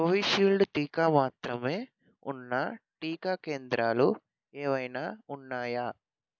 Covishield టీకా మాత్రమే ఉన్న టీకా కేంద్రాలు ఏవైనా ఉన్నాయా